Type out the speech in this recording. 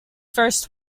first